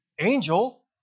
angel